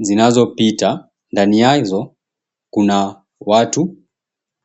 zinazopita. Ndani yazo kuna watu.